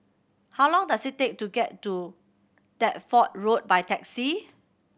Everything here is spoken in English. how long does it take to get to Deptford Road by taxi